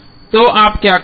तो आप क्या करेंगे